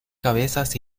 cabezas